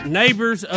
neighbors